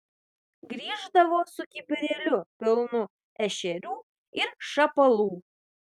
grįždavo su kibirėliu pilnu ešerių ir šapalų